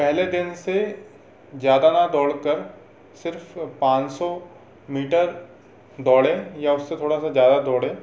पहले दिन से ज़्यादा न दौड़ कर सिर्फ पाँच सौ मीटर दौड़े या उससे थोड़ा सा ज़्यादा दौड़े